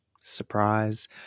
surprise